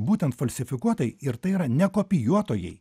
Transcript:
būtent falsifikuotojai ir tai yra ne kopijuotojai